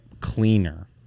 cleaner